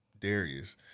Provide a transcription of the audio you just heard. Darius